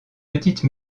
petites